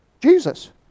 Jesus